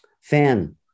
fan